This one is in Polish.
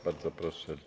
Bardzo proszę.